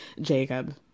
Jacob